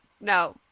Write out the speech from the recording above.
No